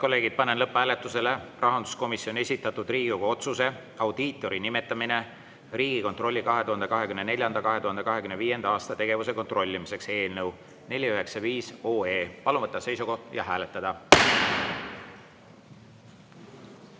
kolleegid, panen lõpphääletusele rahanduskomisjoni esitatud Riigikogu otsuse "Audiitori nimetamine Riigikontrolli 2024.–2025. aasta tegevuse kontrollimiseks" eelnõu 495. Palun võtta seisukoht ja hääletada!